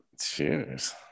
Cheers